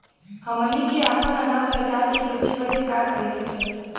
हमनी के आपन अनाज सरकार के बेचे बदे का करे के चाही?